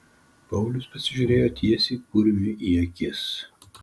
paulius pasižiūrėjo tiesiai kurmiui į akis